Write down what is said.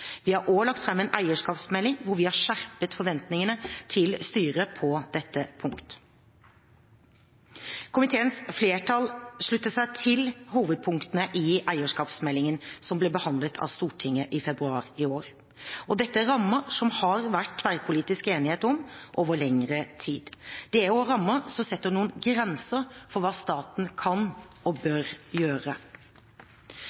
Vi har også lagt fram en eierskapsmelding hvor vi har skjerpet forventningene til styret på dette punktet. Komiteens flertall slutter seg til hovedpunktene i eierskapsmeldingen som ble behandlet av Stortinget i februar i år. Dette er rammer som det har vært tverrpolitisk enighet om over lengre tid. Det er også rammer som setter noen grenser for hva staten kan og bør gjøre.